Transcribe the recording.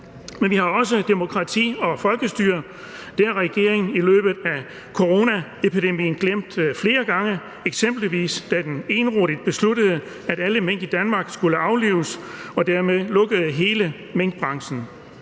Men vi har også demokrati og folkestyre. Det har regeringen under coronaepidemien glemt flere gange, eksempelvis da den enerådigt besluttede, at alle mink i Danmark skulle aflives, og dermed lukkede hele minkbranchen.